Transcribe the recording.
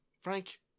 frank